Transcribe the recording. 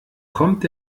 kommt